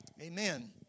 amen